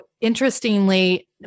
interestingly